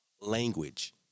Language